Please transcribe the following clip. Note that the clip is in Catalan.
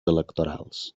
electorals